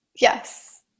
Yes